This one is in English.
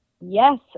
yes